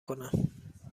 کنم